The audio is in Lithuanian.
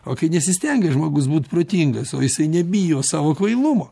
o kai nesistengia žmogus būt protingas o jisai nebijo savo kvailumo